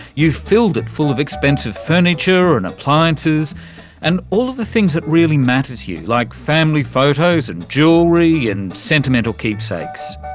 you've filled it full of expensive furniture and appliances and all of the things that really matter to you, like family photos and jewellery and sentimental keepsakes.